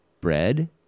bread